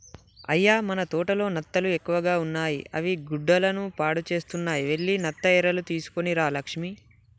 అయ్య మన తోటలో నత్తలు ఎక్కువగా ఉన్నాయి అవి గుడ్డలను పాడుసేస్తున్నాయి వెళ్లి నత్త ఎరలు తీసుకొని రా లక్ష్మి